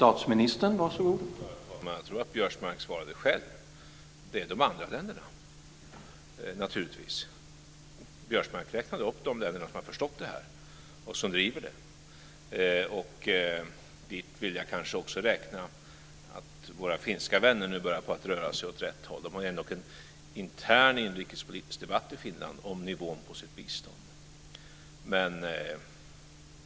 Herr talman! Jag tror att Biörsmark svarade själv på den frågan. Det är naturligtvis de andra länderna. Biörsmark räknade upp de länder som har förstått detta och driver frågan. Dit vill jag kanske också räkna våra finska vänner, som nu börjar på att röra sig åt rätt håll. De har en intern inrikespolitisk debatt i Finland om nivån på sitt bistånd.